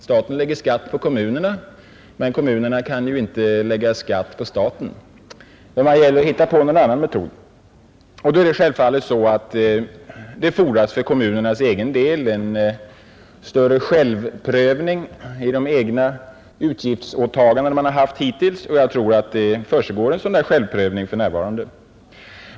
Staten lägger skatt på kommunerna, men kommunerna kan inte lägga skatt på staten. Det gäller att hitta på någon annan metod. Först och främst fordras det för kommunernas egen del en stark självprövning av de egna utgiftspåtaganden man gör, och jag tror att det försiggår en sådan självprövning för närvarande.